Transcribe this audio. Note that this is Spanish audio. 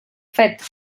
feto